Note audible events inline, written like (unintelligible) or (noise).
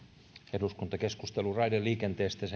eduskuntakeskustelu raideliikenteestä ja (unintelligible)